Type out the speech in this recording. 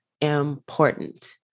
important